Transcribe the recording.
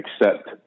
accept